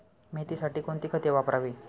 मेथीसाठी कोणती खते वापरावी?